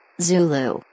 Zulu